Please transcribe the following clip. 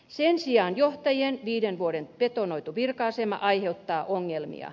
sen sijaan johtajien viiden vuoden betonoitu virka asema aiheuttaa ongelmia